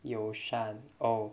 友善 oh